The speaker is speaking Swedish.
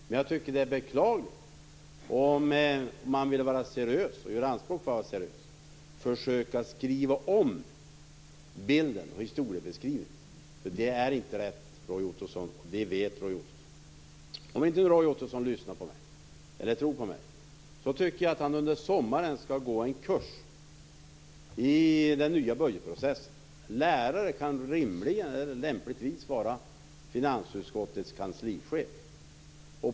Men jag tycker att det är beklagligt att man om man vill göra anspråk på att vara seriös försöker skriva om bilden och historieskrivningen. Det är inte rätt. Det vet Roy Om inte Roy Ottosson lyssnar eller tror på mig så tycker jag att han under sommaren skall gå en kurs i den nya budgetprocessen. Lärare kan lämpligtvis vara finansutskottets kanslichef.